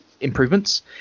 improvements